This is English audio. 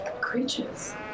creatures